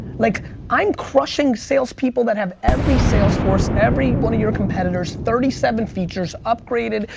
like i'm crushing salespeople that have every salesforce, every one of your competitors, thirty seven features, upgraded,